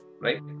right